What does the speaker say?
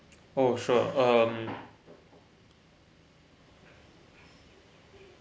oh sure um